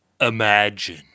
Imagine